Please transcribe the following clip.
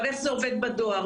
איך זה עובד בדואר?